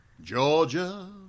Georgia